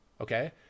Okay